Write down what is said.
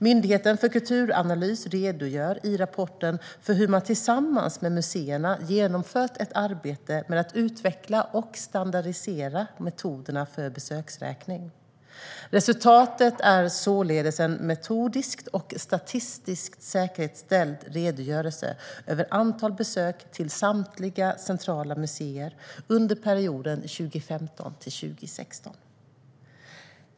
Myndigheten för kulturanalys redogör i rapporten för hur man tillsammans med museerna genomfört ett arbete med att utveckla och standardisera metoderna för besöksräkning. Resultatet är således en metodiskt och statistiskt säkerställd redogörelse över antal besök till samtliga centrala museer under perioden 2015-2016.